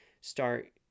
start